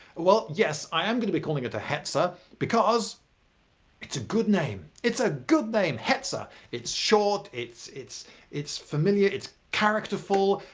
well, yes, i am going to be calling it a hetzer because it's a good name. it's a good name. hetzer, it's short, it's it's familiar, it's characterful.